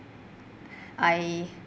I